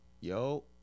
yo